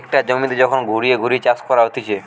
একটা জমিতে যখন ঘুরিয়ে ঘুরিয়ে চাষ করা হতিছে